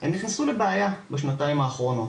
הם נכנסו לבעיה בשנתיים האחרונות,